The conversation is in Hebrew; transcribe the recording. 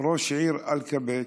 ראש העיר אלקבץ